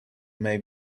may